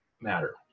matter